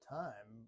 time